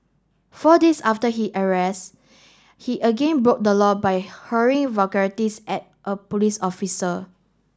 four days after he arrest he again broke the law by hurling vulgarities at a police officer